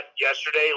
yesterday